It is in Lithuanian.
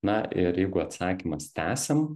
na ir jeigu atsakymas tęsiam